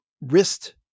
wrist